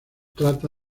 trata